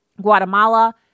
Guatemala